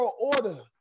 order